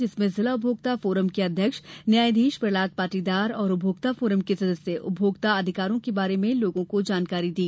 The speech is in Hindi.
जिसमें जिला उपभोक्ता फोरम के अध्यक्ष न्यायाधीश प्रहलाद पाटीदार और उपभोक्ता फोरम के सदस्य उपभोक्ता अधिकारों के बारे में लोगों को जानकारी दी